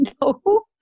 no